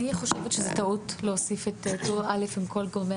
חושבת שזאת טעות להוסיף את טור א' עם כול גורמי